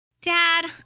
Dad